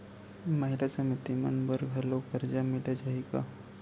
महिला समिति मन बर घलो करजा मिले जाही का?